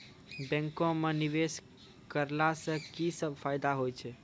बैंको माई निवेश कराला से की सब फ़ायदा हो छै?